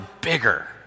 bigger